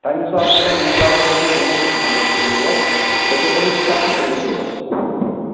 تَمہِ حِساب تۄہہِ مُقرر چھُو گوٚمُت مطلب یہِ ریٹ سۄ چھو تۄہہِ سَتھ ہَتھ رۄپیہِ دۄہَس